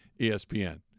ESPN